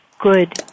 good